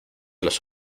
los